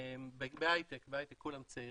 בהייטק כולם צעירים.